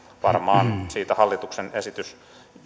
varmaan siitä hallituksen esitys